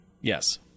yes